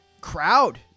crowd